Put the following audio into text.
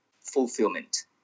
fulfillment